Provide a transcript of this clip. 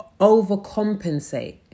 overcompensate